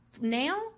now